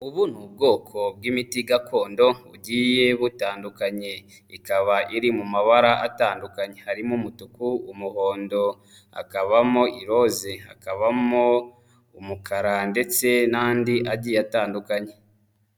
Ubu ni ubwoko bw'imiti gakondo bugiye butandukanye, ikaba iri mu mabara atandukanye harimo; umutuku, umuhondo, hakabamo iroze, hakabamo umukara ndetse n'andi agiye atandukanye.